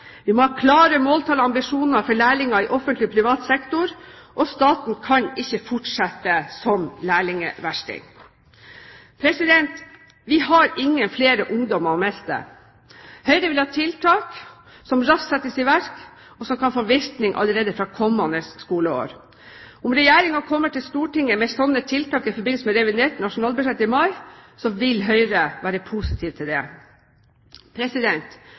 vi må ha klare måltall og ambisjoner for lærlinger i offentlig og privat sektor. Og staten kan ikke fortsette som lærlingversting! Vi har ingen flere ungdommer å miste. Høyre vil ha tiltak som raskt settes i verk, og som kan få virkning allerede fra kommende skoleår. Om Regjeringen kommer til Stortinget med slike tiltak i forbindelse med revidert nasjonalbudsjett i mai, vil Høyre være positive til det.